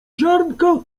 ziarnka